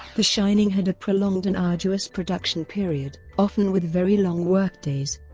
the shining had a prolonged and arduous production period, often with very long workdays.